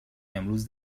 امروز